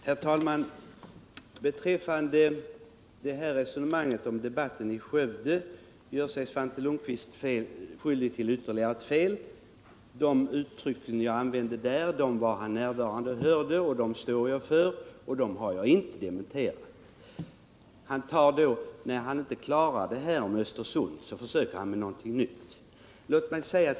Herr talman! Beträffande debatten i Skövde gör sig Svante Lundkvist skyldig till ytterligare ett fel. De uttryck jag använde där, när han var närvarande och hörde, dem står jag för och dem har jag inte dementerat. När han inte klarar det här med Östersund, försöker han med någonting annat.